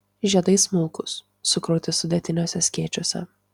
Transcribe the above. žiedai smulkūs sukrauti sudėtiniuose skėčiuose